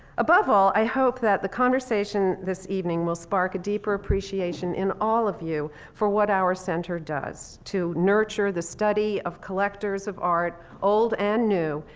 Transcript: above all, i hope that the conversation this evening will spark a deeper appreciation in all of you for what our center does to nurture the study of collectors of art, old and new,